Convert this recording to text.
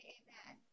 amen